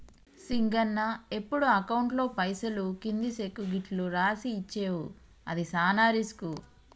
సింగన్న ఎప్పుడు అకౌంట్లో పైసలు కింది సెక్కు గిట్లు రాసి ఇచ్చేవు అది సాన రిస్కు